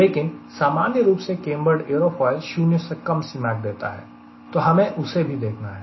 लेकिन सामान्य रूप से कैंबर्ड एयरोफॉयल शून्य से कम Cmac देता है तो हमें उसे भी देखना है